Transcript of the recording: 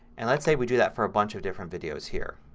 and let's say we do that for a bunch of different videos here.